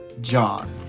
John